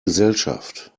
gesellschaft